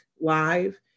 live